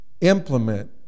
implement